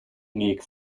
unique